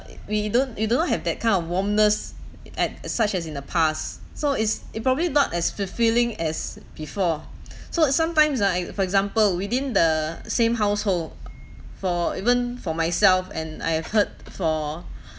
we don't we don't have that kind of warmness at such as in the past so it's it probably not as fulfilling as before so sometimes ah ex~ for example within the same household for even for myself and I've heard for